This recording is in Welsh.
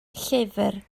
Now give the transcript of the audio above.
llyfr